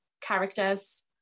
characters